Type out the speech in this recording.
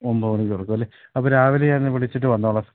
ഒൻപത് മണിക്ക് തുറക്കും അല്ലേ അപ്പം രാവിലെ ഞാൻ വിളിച്ചിട്ട് വന്നുകൊള്ളാം